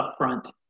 upfront